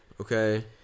Okay